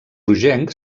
rogenc